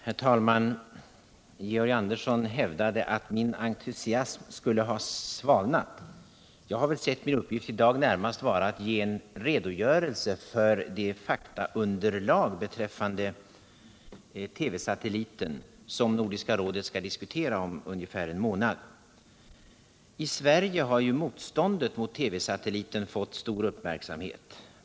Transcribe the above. Herr talman! Georg Andersson hävdade att min entusiasm skulle ha svalnat. Jag har väl sett min uppgift i dag närmast att ge en redogörelse för det faktaunderlag beträffande TV-satelliten som Nordiska rådet skall diskutera om ungefär en månad. I Sverige har ju motståndet mot TV-satelliten fått stor uppmärksamhet.